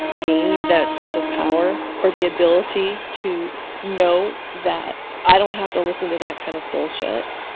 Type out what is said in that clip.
gained that sense of power or the ability to know that i don't have to listen to that kind of bullshit.